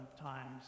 times